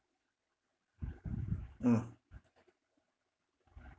mm